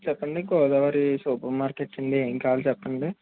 చెప్పండి Godavari super market అండి ఏంకావాలో చెప్పండి